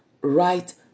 right